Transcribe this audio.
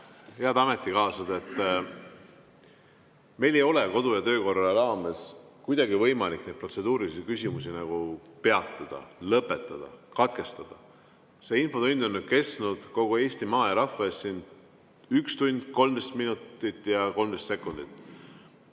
Head ametikaaslased! Meil ei ole kodu‑ ja töökorra raames kuidagi võimalik neid protseduurilisi küsimusi peatada, lõpetada, katkestada. See infotund on kestnud kogu Eesti maa ja rahva ees siin 1 tund, 13 minutit ja 13 sekundit.